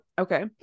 okay